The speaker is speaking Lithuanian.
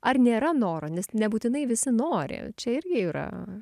ar nėra noro nes nebūtinai visi nori čia irgi yra